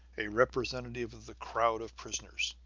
a representative of the crowd of prisoners.